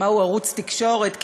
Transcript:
מהו ערוץ תקשורת.